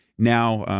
now,